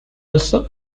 also